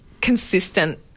consistent